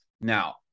Now